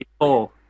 four